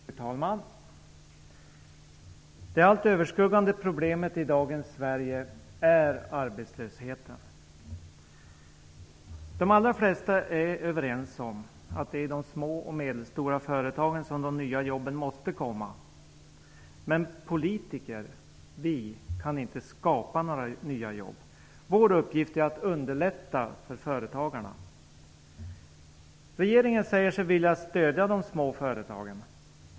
Fru talman! Det allt överskuggande problemet i dagens Sverige är arbetslösheten. De allra flesta är överens om att det är i de små och medelstora företagen som de nya jobben måste komma. Men vi politiker kan inte skapa några nya jobb. Vår uppgift är att underlätta för företagarna. Regeringen säger sig vilja stödja de små företagen.